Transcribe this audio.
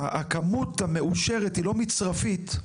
שהכמות המאושרת היא לא מצרפית,